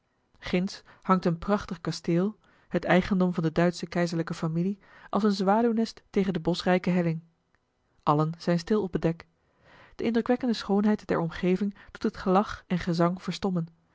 ginds hangt een prachtig kasteel het eigendom van de duitsche keizerlijke familie als een zwaluwnest tegen de boschrijke helling allen zijn stil op het dek de indrukwekkende schoonheid der omgeving doet het gelach en gezang verstommen